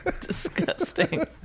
Disgusting